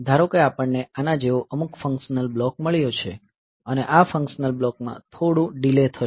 ધારો કે આપણને આના જેવો અમુક ફંક્શનલ બ્લોક મળ્યા છે અને આ ફંક્શનલ બ્લોકમાં થોડો ડિલે થશે